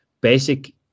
basic